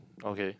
okay